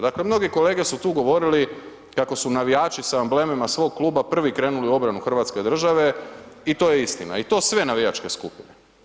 Dakle mnogi kolege su tu govorili kako su navijači sa amblemima svog kluba prvi krenuli u obrani hrvatske države i to je istina i to sve navijačke skupine.